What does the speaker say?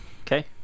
Okay